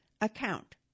account